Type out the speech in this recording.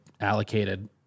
allocated